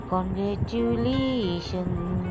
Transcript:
Congratulations